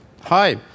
Hi